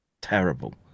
terrible